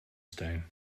stone